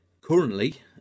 currently